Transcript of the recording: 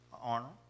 Arnold